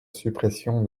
suppression